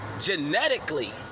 genetically